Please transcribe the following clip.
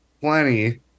plenty